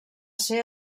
ser